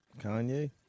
Kanye